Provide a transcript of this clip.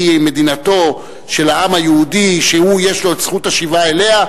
מדינתו של העם היהודי שהוא יש לו את זכות השיבה אליה,